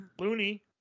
Looney